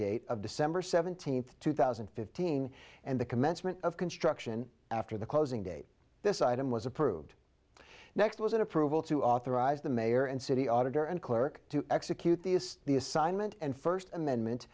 date of december seventeenth two thousand and fifteen and the commencement of construction after the closing date this item was approved next was an approval to authorize the mayor and city auditor and clerk to execute the of the assignment and first amendment